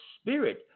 Spirit